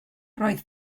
roedd